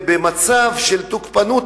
במצב אדיר של תוקפנות,